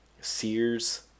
Sears